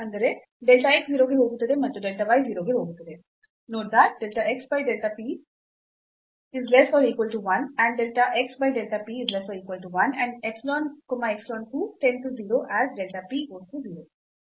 ಅಂದರೆ delta x 0 ಗೆ ಹೋಗುತ್ತದೆ ಮತ್ತು delta y 0 ಗೆ ಹೋಗುತ್ತದೆ